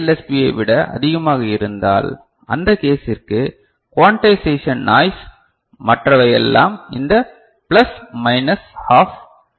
பியை விட அதிகமாக இருந்தால் அந்த கேசிற்கு குவேண்டைசெஷன் நாய்ஸ் மற்றவையெல்லாம் இந்த பிளஸ் மைனஸ் ஹாஃப் எல்